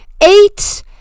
eight